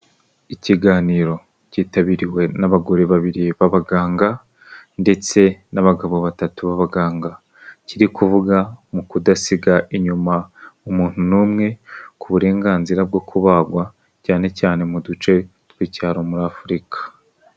Ikiganiro cyitabiriwe n'abagore babiri b'abaganga ndetse n'abagabo batatu b'abaganga, kiri kuvuga mu kudasiga inyuma umuntu n'umwe ku burenganzira bwo kubagwa cyane cyane mu duce tw'icyaro muri Afurika.